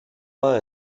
mal